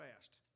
fast